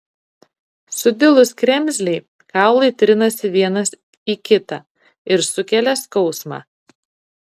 sudilus kremzlei kaulai trinasi vienas į kitą ir sukelia skausmą